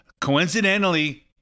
coincidentally